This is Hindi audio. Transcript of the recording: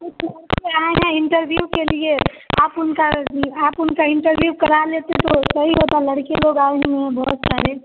कुछ लड़के आए हैं इंटरव्यू के लिए आप उनका आप उनका इंटरव्यू करा लेते तो सही होता लड़के लोग आए हुए हैं बहुत सारे